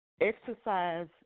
exercise